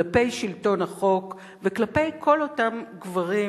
כלפי שלטון החוק וכלפי כל אותם גברים